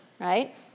right